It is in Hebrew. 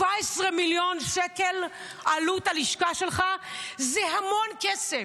17 מיליון שקל עלות הלשכה שלך זה המון כסף.